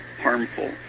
harmful